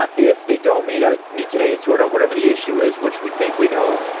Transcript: ah if they don't meet ah meet today and sort out whatever the issue is which we think we know,